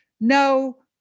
no